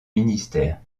ministère